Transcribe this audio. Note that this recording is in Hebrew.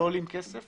שהם לא עולים כסף